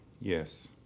Yes